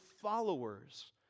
followers